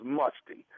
musty